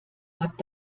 hat